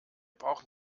brauchen